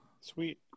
Sweet